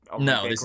no